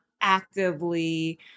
actively